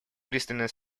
пристально